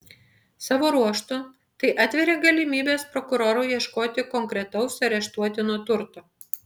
savo ruožtu tai atveria galimybes prokurorui ieškoti konkretaus areštuotino turto